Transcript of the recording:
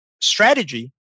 strategy